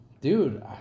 dude